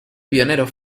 pioneros